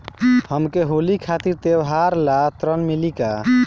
हमके होली खातिर त्योहार ला ऋण मिली का?